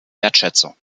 wertschätzung